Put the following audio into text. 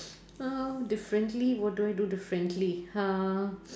uh differently what do I do differently uh